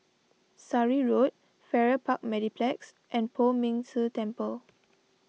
Surrey Road Farrer Park Mediplex and Poh Ming Tse Temple